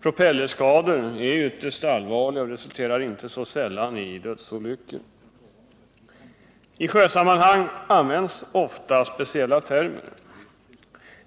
Propellerskador är ytterst allvarliga och resulterar inte så sällan i dödsolyckor. I sjöösammanhang används ofta speciella termer.